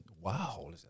Wow